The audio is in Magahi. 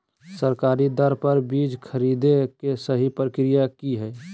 सरकारी दर पर बीज खरीदें के सही प्रक्रिया की हय?